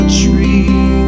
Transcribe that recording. tree